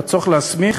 בצורך להסמיך